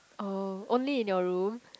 oh only in your room